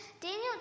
Daniel